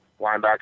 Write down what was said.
linebacker